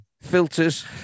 filters